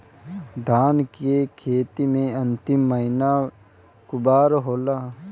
धान के खेती मे अन्तिम महीना कुवार होला?